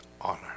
honor